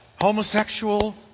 homosexual